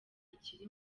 ikiri